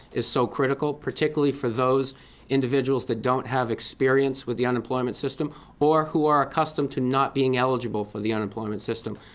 is so critical, particularly for those individuals that don't have experience with the unemployment system or who are accustomed to not being eligible for the unemployment system.